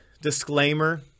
disclaimer